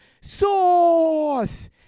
sauce